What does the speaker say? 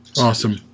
Awesome